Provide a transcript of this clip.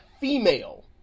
female